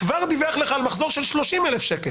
כבר דיווח לך על מחזור של 30,000 שקל